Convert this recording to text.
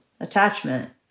attachment